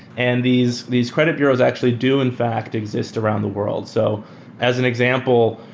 and these these credit bureaus actually do in fact exist around the world. so as an example,